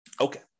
Okay